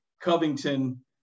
Covington